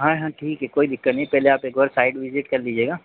हाँ हाँ ठीक है कोई दिक्कत नहीं पहले आप एक बार साइड विज़िट कर लीजिएगा